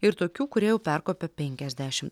ir tokių kurie jau perkopę penkiasdešim